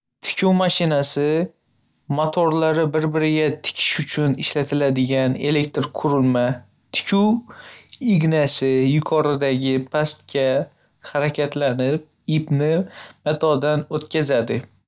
Tikuv mashinasi matolarni bir-biriga tikish uchun ishlatiladigan elektr qurilma. Tikuv ignasi yuqoridan pastga harakatlanib, ipni matodan o'tkazadi.